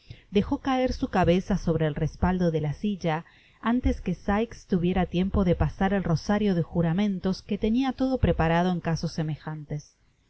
dejo caer su cabeza sobre el respaldo de la silla antes que sikes tuviera tiempo de pasar el rosario de juramentos que tenia todo preparado en casos semejantes